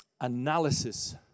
analysis